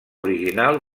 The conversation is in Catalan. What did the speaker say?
original